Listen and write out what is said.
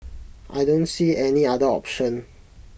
I don't see any other option